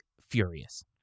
furious